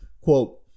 quote